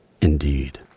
Indeed